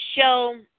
show